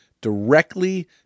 directly